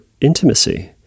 intimacy